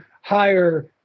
higher